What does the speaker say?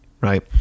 right